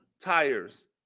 tires